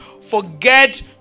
forget